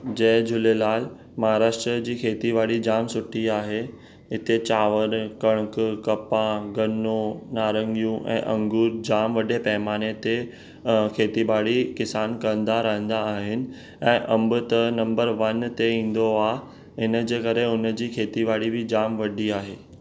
जय झूलेलाल महाराष्ट्र जी खेती बाड़ी जामु सुठी आहे हिते चांवर कणिक कपाह गन्नो नारंगियूं ऐं अंगूर जामु वॾे पइमाने ते खेती बाड़ी किसान कंदा रहंदा आहिनि ऐं अंबु त नंबर वन ते ईंदो आहे इनजे करे उनजी खेती बाड़ी बि जामु वॾी आहे